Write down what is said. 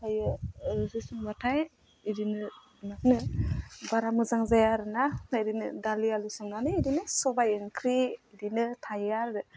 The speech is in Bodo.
ओमफ्राय ओंख्रि संब्लाथाय बिदिनो मा होनो बारा मोजां जाया आरो ना फ्राय दालि आलु संनानै बिदिनो सबाइ ओंख्रि बिदिनो थायो आरो